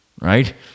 right